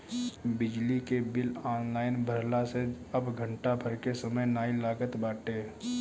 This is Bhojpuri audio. बिजली के बिल ऑनलाइन भरला से अब घंटा भर के समय नाइ लागत बाटे